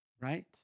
Right